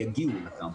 יגיעו לקמפוס.